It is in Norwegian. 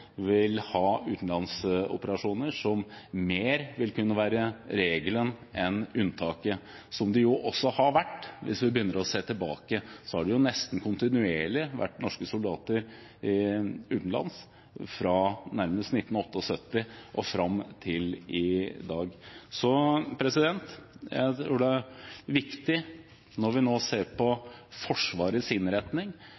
vil kunne ha en situasjon også framover hvor man vil ha utenlandsoperasjoner. Det vil være regelen mer enn unntaket – som det jo også har vært. Hvis man ser tilbake, har det fra 1978 og fram til i dag nesten kontinuerlig vært norske soldater utenlands. Jeg tror det er viktig når vi nå ser